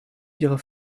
ihrer